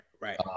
right